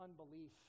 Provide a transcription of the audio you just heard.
unbelief